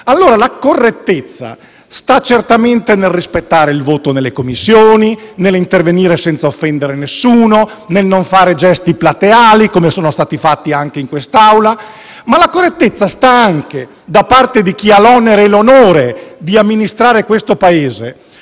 La correttezza sta certamente nel rispettare il voto nelle Commissioni, nell'intervenire senza offendere nessuno, nel non fare gesti plateali, come sono stati fatti anche in quest'Aula, ma la correttezza sta anche, da parte di chi ha l'onere e l'onore di amministrare il Paese,